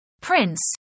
Prince